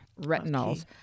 Retinols